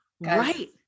Right